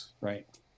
right